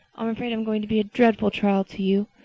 i'm afraid i'm going to be a dreadful trial to you.